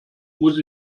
muss